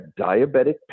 diabetic